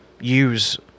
use